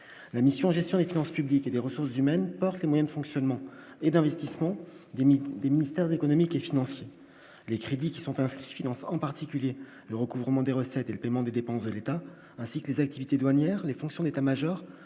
la mission gestion des finances publiques et des ressources humaines, les moyens de fonctionnement et d'investissement 2000 des ministères économiques et financiers, les crédits qui sont inscrits financent en particulier le recouvrement des recettes et le paiement des dépenses de l'État, ainsi que les activités douanières les fonctions d'État-Major